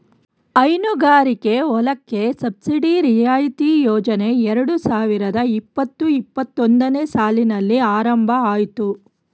ಹೈನುಗಾರಿಕೆ ಹೊಲಕ್ಕೆ ಸಬ್ಸಿಡಿ ರಿಯಾಯಿತಿ ಯೋಜನೆ ಎರಡು ಸಾವಿರದ ಇಪ್ಪತು ಇಪ್ಪತ್ತೊಂದನೇ ಸಾಲಿನಲ್ಲಿ ಆರಂಭ ಅಯ್ತು